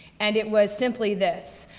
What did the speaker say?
and it was simply this,